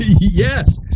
Yes